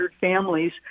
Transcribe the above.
families